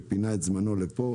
שפינה את זמנו כדי להגיע לפה.